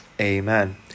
Amen